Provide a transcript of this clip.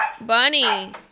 Bunny